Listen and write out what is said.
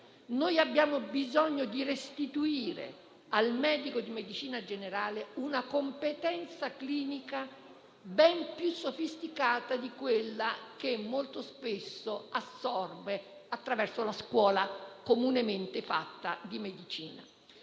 Abbiamo bisogno di restituire al medico di medicina generale una competenza clinica ben più sofisticata di quella che molto spesso assorbe attraverso la tradizionale scuola di medicina.